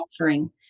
offering